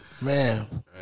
Man